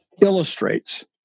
illustrates